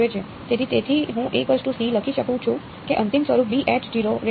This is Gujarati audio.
તેથી તેથી હું લખી શકું છું કે અંતિમ સ્વરૂપ બરાબર છે